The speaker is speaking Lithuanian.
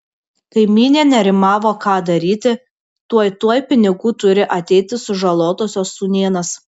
kaimynė nerimavo ką daryti tuoj tuoj pinigų turi ateiti sužalotosios sūnėnas